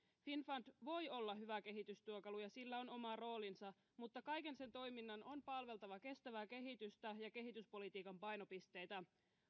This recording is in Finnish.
finnfund voi olla hyvä kehitystyökalu ja sillä on oma roolinsa mutta kaiken sen toiminnan on palveltava kestävää kehitystä ja kehityspolitiikan painopisteitä